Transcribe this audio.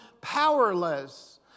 powerless